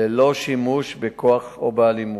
ללא שימוש בכוח או באלימות.